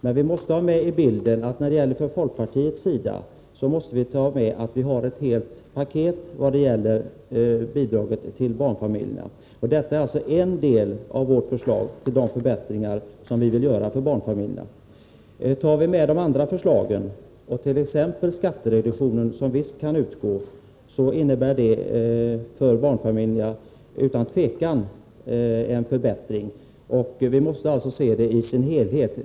Men vi måste ha med i bilden att folkpartiet har ett helt paket när det gäller stödet till barnfamiljerna. Detta är alltså ett av våra förslag till förbättringar för barnfamiljerna. Tar vi med de andra förslagen — t.ex. skattereduktionen, som visst kan utgå — så innebär det för barnfamiljerna utan tvivel en förbättring. Vi måste alltså se åtgärderna i deras helhet.